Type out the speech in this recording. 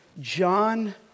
John